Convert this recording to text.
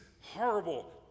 horrible